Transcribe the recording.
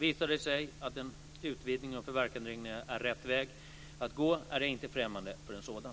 Visar det sig att en utvidgning av förverkandereglerna är rätt väg att gå är jag inte främmande för en sådan.